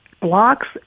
blocks